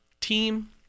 team